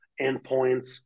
endpoints